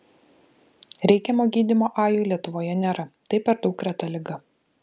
reikiamo gydymo ajui lietuvoje nėra tai per daug reta liga